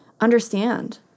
understand